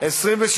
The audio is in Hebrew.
כלבים משוטטים),